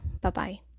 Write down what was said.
Bye-bye